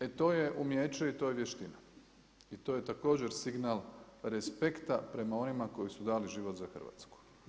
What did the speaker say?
E to je umijeće i to je vještina i to je također signal respekta prema onima koji su dali život za Hrvatsku.